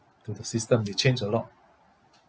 to the system they change a lot